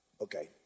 okay